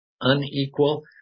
Unequal